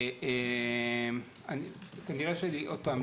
עוד פעם,